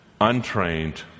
untrained